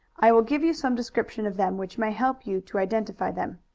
i will give you some description of them which may help you to identify them.